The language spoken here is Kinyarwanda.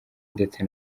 ndetse